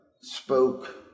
spoke